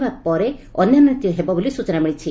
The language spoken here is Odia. ହେବାପରେ ଅନ୍ୟାନ୍ୟ ନୀତି ହେବ ବୋଲି ସ୍ଚନା ମିଳିଛି